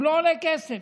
הוא לא עולה כסף.